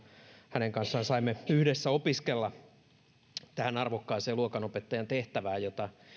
hänen kanssaan saimme yhdessä opiskella arvokkaaseen luokanopettajan tehtävään jota